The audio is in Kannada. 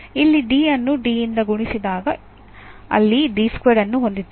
ಇಲ್ಲಿ D ಅನ್ನು D ಯಿಂದ ಗುಣಿಸಿದಾಗ ಅಲ್ಲಿ ಅನ್ನು ಹೊಂದಿದ್ದೇವೆ